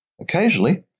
Occasionally